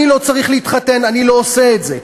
אני לא צריך להתחתן, אני לא עושה את זה.